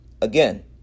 Again